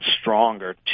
stronger